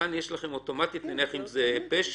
כאן יש לכם אוטומטית, נניח שזה פשע,